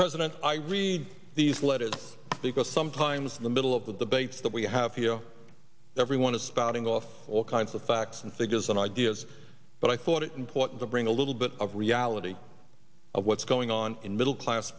president i read these letters because sometimes in the middle of the debates that we have here everyone is spotting off all kinds of facts and figures and ideas but i thought it important to bring a little bit of reality of what's going on in middle class